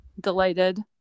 delighted